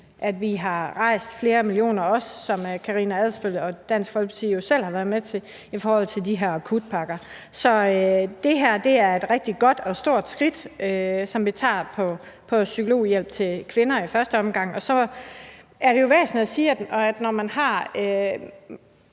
at vi også har rejst flere millioner, som også Karina Adsbøl og Dansk Folkeparti jo selv har været med til i forhold til de her akutpakker. Så det her er et rigtig godt og stort skridt, som vi tager i forhold til psykologhjælp til kvinder i første omgang. Og så er det jo væsentligt at sige, at over